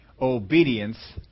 Obedience